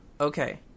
okay